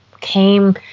came